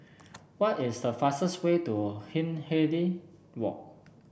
what is the fastest way to Hindhede Walk